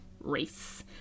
race